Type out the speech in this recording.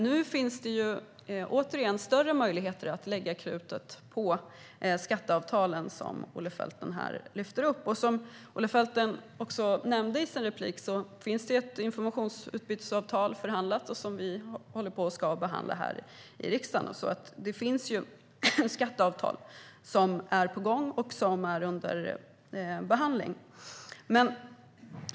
Nu finns det återigen större möjligheter att lägga krutet på skatteavtalen, som Olle Felten här tar upp. Som Olle Felten nämnde i sin replik finns det ett informationsutbytesavtal som är förhandlat och som vi ska behandla här i riksdagen. Det finns alltså skatteavtal som är på gång.